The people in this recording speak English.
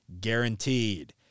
guaranteed